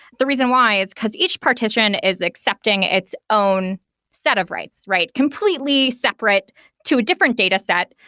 the reason why is because each partition is accepting its own set of rights, right? completely separate to a different dataset.